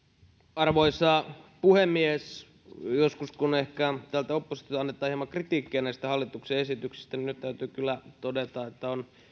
arvoisa puhemies kun joskus ehkä täältä oppositiosta annetaan hieman kritiikkiä näistä hallituksen esityksistä niin nyt täytyy kyllä todeta että tämä on